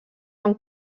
amb